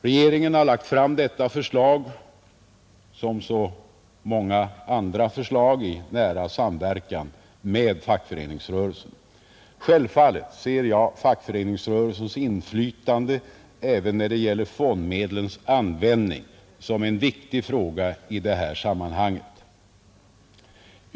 Regeringen har lagt fram detta förslag — som så många andra förslag — i nära samverkan med fackföreningsrörelsen, Självfallet ser jag fackföreningsrörelsens inflytande även när det gäller fondmedlens användning som en viktig fråga i detta sammanhang.